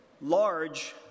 large